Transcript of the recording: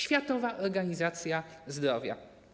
Światowa Organizacja Zdrowia.